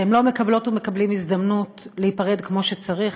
שהם לא מקבלות ומקבלים הזדמנות להיפרד כמו שצריך,